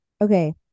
Okay